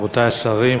רבותי השרים,